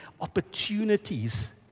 opportunities